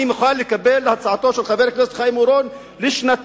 אני מוכן לקבל הצעתו של חבר הכנסת חיים אורון לשנתיים,